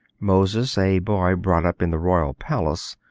moses, a boy brought up in the royal palace,